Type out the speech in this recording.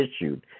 issued